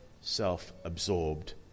self-absorbed